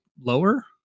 lower